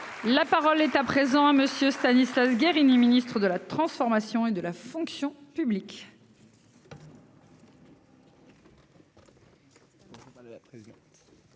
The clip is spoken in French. La parole est à présent monsieur Stanislas Guerini Ministre de la Transformation et de la fonction publique.